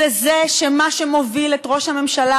זה שמה שמוביל את ראש הממשלה,